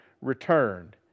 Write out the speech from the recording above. returned